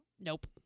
Nope